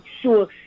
sure